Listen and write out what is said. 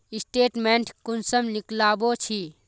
Statement कुंसम निकलाबो छी?